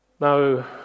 Now